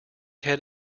had